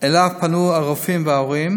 שאליו פנו הרופאים וההורים,